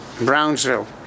Brownsville